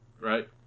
Right